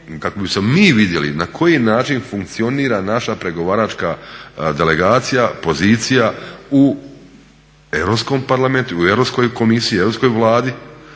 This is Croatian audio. kako bismo mi vidjeli na koji način funkcionira naša pregovaračka delegacija, pozicija u Europskom parlamentu, u Europskoj komisiji,